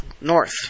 north